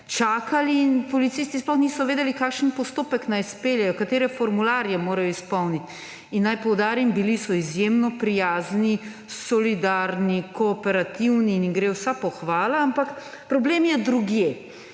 čakali in policisti sploh niso vedeli, kakšen postopek naj izpeljejo, katere formularje morajo izpolniti. In naj poudarim, bili so izjemno prijazni, solidarni, kooperativni in jim gre vsa pohvala. Ampak problem je drugje: